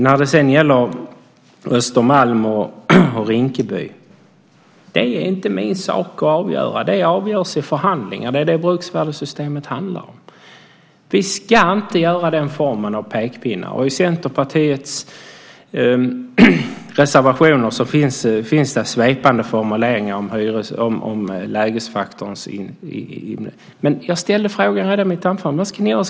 När det sedan gäller Östermalm och Rinkeby är det inte min sak att avgöra. Det avgörs i förhandlingar. Det är vad bruksvärdessystemet handlar om. Vi ska inte ha den formen av pekpinnar. I Centerpartiets reservationer finns svepande formuleringar om lägesfaktorn. Jag ställde frågan redan i mitt anförande. Vad ska ni göra?